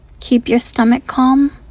keep your stomach calm?